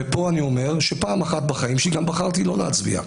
ופה אני אומר שפעם אחת בחיים שלי גם בחרתי לא להצביע.